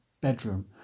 bedroom